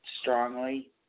strongly